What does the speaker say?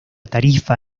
tarifa